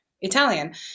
Italian